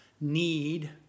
need